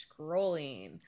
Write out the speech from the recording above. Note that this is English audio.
Scrolling